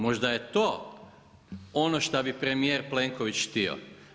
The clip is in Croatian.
Možda je to ono šta bi premijer Plenković htio.